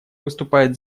выступает